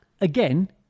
again